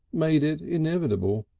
made it inevitable.